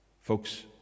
Folks